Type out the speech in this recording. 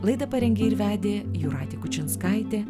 laidą parengė ir vedė jūratė kučinskaitė